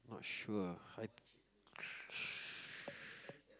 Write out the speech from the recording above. not sure ah I